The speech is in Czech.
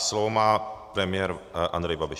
Slovo má premiér Andrej Babiš.